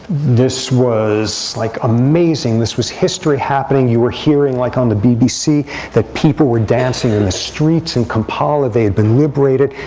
this was like amazing. this was history happening. you were hearing like on the bbc that people were dancing in the streets in kampala. they had been liberated,